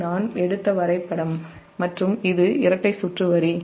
இது நான் எடுத்த வரைபடம் மற்றும் இது இரட்டை சுற்று வரி